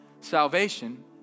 salvation